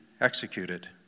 executed